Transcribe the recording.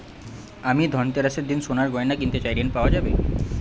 আমি ধনতেরাসের দিন সোনার গয়না কিনতে চাই ঝণ পাওয়া যাবে?